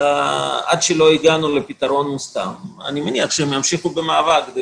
אלא עד שלא הגענו לפתרון מוסכם אני מניח שהם ימשיכו במאבק כדי